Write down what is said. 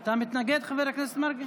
אתה מתנגד, חבר הכנסת מרגי?